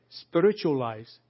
spiritualize